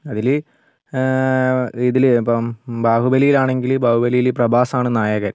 അതിൽ ഇതിൽ ഇപ്പം ബാഹുബലിയിലാണെങ്കിൽ ബാഹുബലിയിൽ പ്രഭാസാണ് നായകൻ